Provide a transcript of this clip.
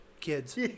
kids